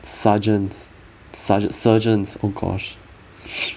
sergeants sergea~ surgeons oh gosh